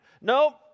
Nope